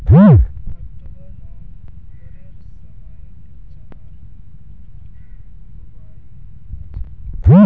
October नवंबरेर समयत चनार बुवाई हछेक